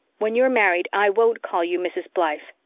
when you're married i won't call you mrs. blythe.